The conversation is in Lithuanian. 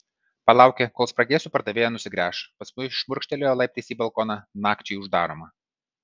palaukė kol spragėsių pardavėja nusigręš paskui šmurkštelėjo laiptais į balkoną nakčiai uždaromą